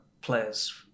players